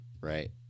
Right